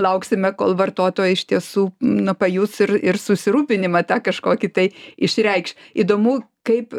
lauksime kol vartotojai iš tiesų na pajus ir ir susirūpinimą tą kažkokį tai išreikš įdomu kaip